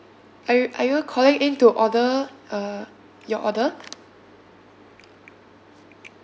are you are you calling in to order uh your order